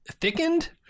thickened